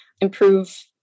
improve